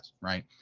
right